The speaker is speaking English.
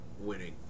winning